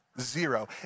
zero